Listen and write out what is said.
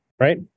right